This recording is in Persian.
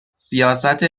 سیاست